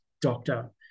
doctor